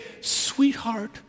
sweetheart